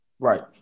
Right